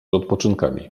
odpoczynkami